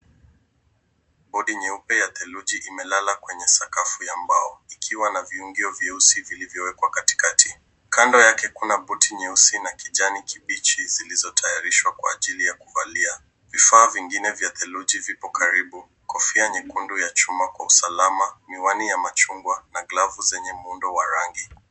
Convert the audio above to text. Bodi nyeupe ya theluju imelala kwenye sakafu ya mbao, ikiwa na viungio vyeusi vilivyopangwa katikati. Kando yake kuna puti nyeusi na kijani kibichi zilizotayarishwa kwa ajili ya kuvalia. Vifaa vingine vya theluju vipo karibu. Kofia nyekundu ya chuma ya usalama, miwani ya rangi ya machungwa, na glavu wenye muundo wa rangi .